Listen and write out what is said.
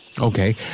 Okay